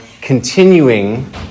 continuing